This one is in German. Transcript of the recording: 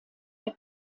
der